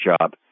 job